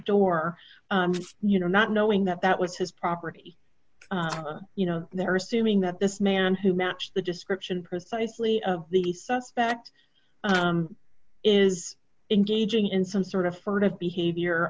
door you know not knowing that that was his property you know they're assuming that this man who matched the description precisely of the suspect is engaging in some sort of furtive behavior